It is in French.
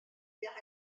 vers